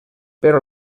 però